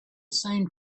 same